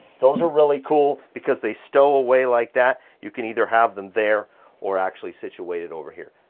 those are really cool because they stow away like that. you can either have them there or actually situated over here.